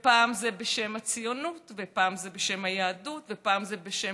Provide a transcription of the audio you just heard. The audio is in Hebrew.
ופעם זה בשם הציונות ופעם זה בשם היהדות ופעם זה בשם